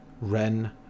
Ren